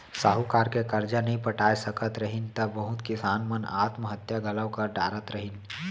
साहूकार के करजा नइ पटाय सकत रहिन त बहुत किसान मन आत्म हत्या घलौ कर डारत रहिन